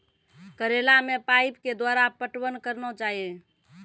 करेला मे पाइप के द्वारा पटवन करना जाए?